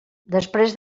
després